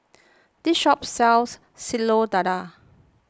this shop sells Telur Dadah